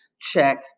check